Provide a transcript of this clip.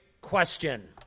question